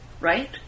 right